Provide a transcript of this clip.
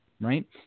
right